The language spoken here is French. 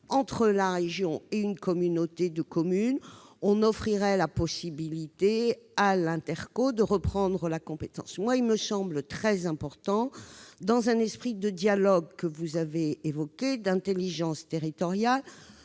entre la région et une communauté de communes, on offrirait la possibilité à l'intercommunalité de reprendre la compétence. Il me semble très important, dans un esprit de dialogue- vous y avez fait référence -et d'intelligence territoriale,